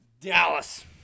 Dallas